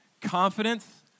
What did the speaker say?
confidence